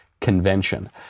convention